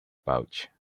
pouch